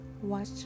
watch